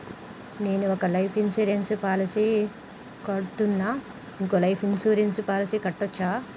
నేను ఒక life insurance policy కడ్తున్నా, ఇంకో లైఫ్ ఇన్సూరెన్స్ పాలసీ కట్టొచ్చా?